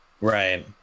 right